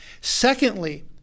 Secondly